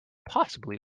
possibly